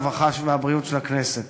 הרווחה והבריאות של הכנסת